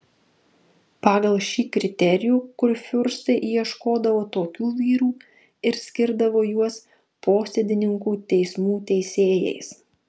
pagal šį kriterijų kurfiurstai ieškodavo tokių vyrų ir skirdavo juos posėdininkų teismų teisėjais